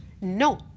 No